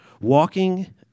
walking